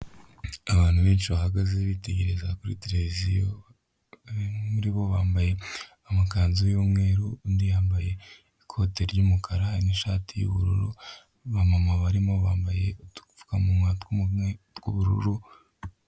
Abantu benshi bahagaze bitegereza kuri televiziyo muribo bambaye amakanzu y'umweru undi yambaye ikoti ry'umukara n'ishati y'ubururu ,abamama barimo bambaye udupfukamunwa tw'ubururu.